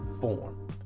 form